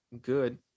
good